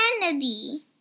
Kennedy